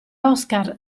oscar